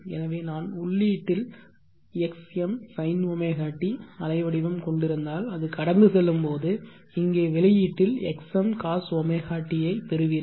எனவே நான் உள்ளீட்டில் xm sinωt அலைவடிவம் கொண்டிருந்தால் அது கடந்து செல்லும் போது இங்கே வெளியீட்டில் xm cosωt ஐப் பெறுவீர்கள்